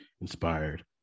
inspired